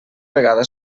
vegada